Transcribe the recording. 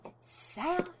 south